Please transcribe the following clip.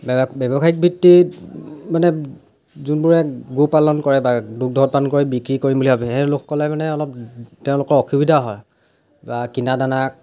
ব্যৱ ব্যৱসায়িকভিত্তিত মানে যোনবোৰে গৰু পালন কৰে বা দুগ্ধ পান কৰে বিক্ৰী কৰিম বুলি ভাবে সেই লোকসকলে মানে অলপ তেওঁলোকৰ অসুবিধা হয় বা কিনা দানা